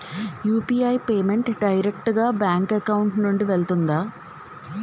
UPI payment direct గా bank account నుంచి వెళ్తుందా?